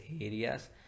areas